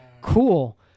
cool